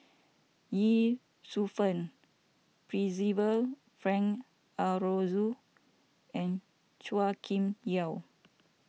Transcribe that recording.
Ye Shufang Percival Frank Aroozoo and Chua Kim Yeow